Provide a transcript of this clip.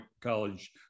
College